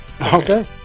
Okay